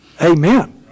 Amen